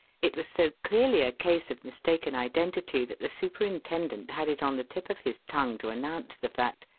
it was so clearly a case of mistaken identity that the superintendent had it on the tip of his tongue to announce the fact,